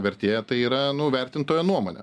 vertė tai yra nu vertintojo nuomonė